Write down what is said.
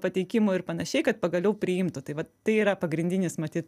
pateikimų ir panašiai kad pagaliau priimtų tai vat tai yra pagrindinis matyt